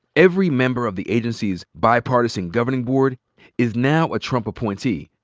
every member of the agency's bipartisan governing board is now a trump appointee.